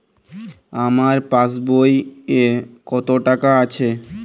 আমার পাসবই এ কত টাকা আছে?